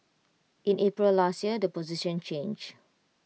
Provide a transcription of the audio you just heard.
in April last year the position changed